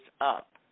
up